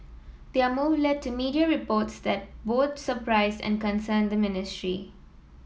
their move led to media reports that both surprised and concerned the ministry